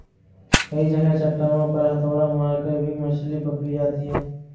कई जगह चट्टानों पर हथौड़ा मारकर भी मछली पकड़ी जाती है